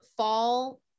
fall